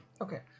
Okay